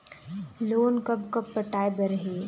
Loan कब कब पटाए बर हे?